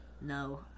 No